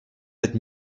sept